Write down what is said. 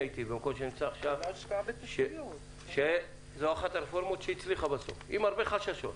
שזו אחת הרפורמות שהצליחה בסוף למרות החששות.